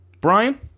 Brian